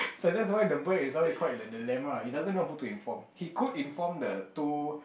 so that's why the bird is caught in the dilemma he don't know who to inform he could inform the two